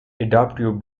adoptive